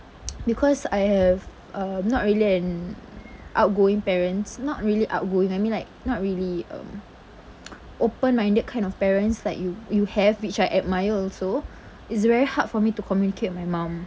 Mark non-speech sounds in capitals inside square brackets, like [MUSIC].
[NOISE] because I have uh not really an outgoing parents not really outgoing I mean like not really um [NOISE] open-minded kind of parents like you you have which I admire also it's very hard for me to communicate with my mum